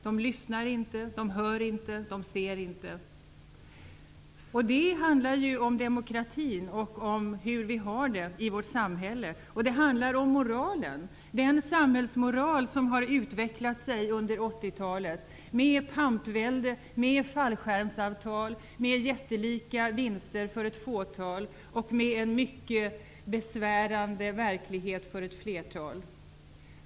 De lyssnar inte, de hör inte, de ser inte. Det handlar ju om demokratin och hur vi har det i vårt samhälle. Det handlar om moralen, den samhällsmoral som har utvecklats under 80-talet, med pampvälde, med fallskärmsavtal, med jättelika vinster för ett fåtal och med en mycket besvärande verklighet för ett flertal.